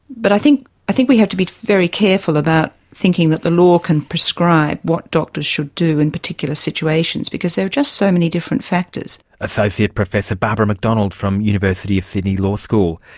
but i think i think we have to be very careful about thinking that the law can prescribe what doctors should do in particular situations because there are just so many different factors. associate professor barbara mcdonald from the university of sydney law school.